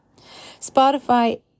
Spotify